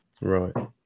Right